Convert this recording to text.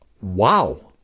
Wow